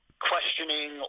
questioning